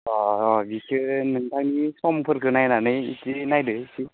अ बिसो नोंथानि समफोरखो नायनानै इसे नायदो इसे